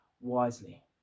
wisely